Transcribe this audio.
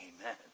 Amen